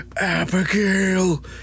Abigail